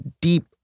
deep